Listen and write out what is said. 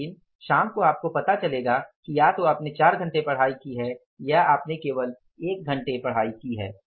लेकिन शाम को आपको पता चलेगा कि या तो आपने चार घंटे पढ़ाई की है या आपने एक घंटे पढ़ाई की है